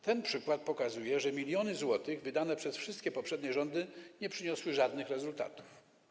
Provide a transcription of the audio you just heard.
Ten przykład pokazuje, że miliony złotych wydane przez wszystkie poprzednie rządy nie przyniosły żadnych rezultatów.